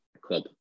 club